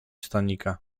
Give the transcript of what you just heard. stanika